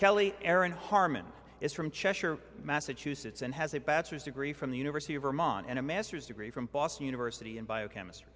kelly erin harmon is from cheshire massachusetts and has a bachelor's degree from the university of vermont and a master's degree from boston university in biochemistry